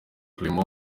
clement